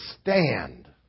stand